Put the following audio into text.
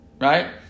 right